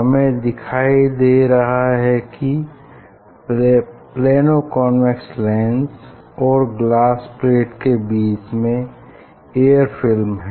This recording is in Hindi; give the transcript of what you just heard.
हमें दिखाई दे रहा है की प्लेनो कॉन्वेक्स लेंस और ग्लास प्लेट के बीच में एयर फिल्म है